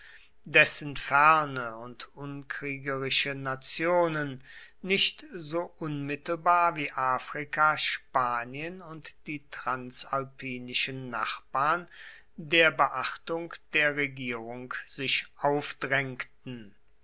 dessen ferne und unkriegerische nationen nicht so unmittelbar wie afrika spanien und die transalpinischen nachbarn der beachtung der regierung sich aufdrängten